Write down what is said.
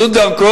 זו דרכו,